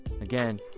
Again